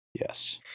Yes